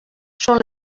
són